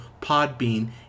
Podbean